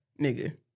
nigga